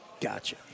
Gotcha